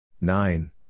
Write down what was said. Nine